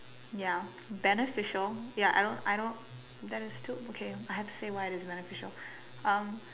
ya beneficial ya I don't I don't that is too okay I have to say why is it beneficial um